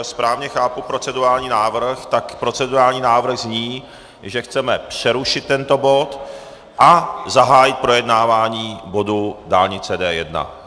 Tak jestli správně chápu procedurální návrh, tak procedurální návrh zní, že chceme přerušit tento bod a zahájit projednávání bodu dálnice D1.